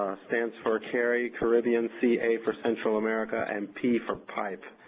stands for cari, caribbean, ca for central america, and p for pipe.